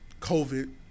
COVID